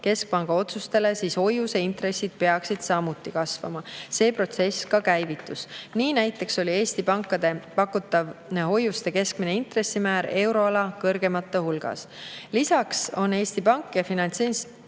Keskpanga otsustele, siis hoiuseintressid peaksid samuti kasvama. See protsess ka käivitus. Näiteks oli Eesti pankade pakutav hoiuste keskmine intressimäär euroala kõrgeimate hulgas. Lisaks on Eesti Pank ja Finantsinspektsioon